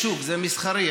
שוב, זה מסחרי.